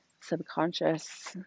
subconscious